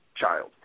child